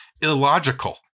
illogical